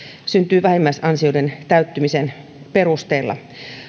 syntyy vähimmäisansioiden täyttymisen perusteella